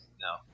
No